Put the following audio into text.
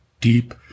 deep